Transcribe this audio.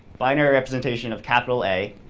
binary representation of capital a,